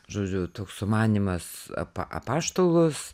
žodžiu toks sumanymas apa apaštalus